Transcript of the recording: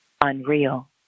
unreal